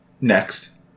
next